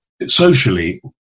Socially